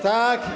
Tak.